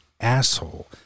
asshole